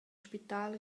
spital